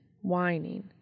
whining